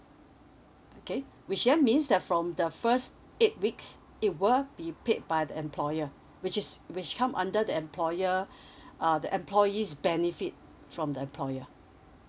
okay which here means that from the first eight weeks it will be paid by the employer which is which come under the employer uh the employees benefit from the employer